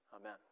Amen